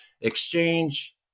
exchange